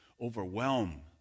overwhelm